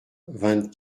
vingt